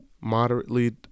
moderately